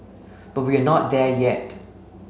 but we're not there yet